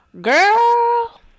Girl